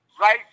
right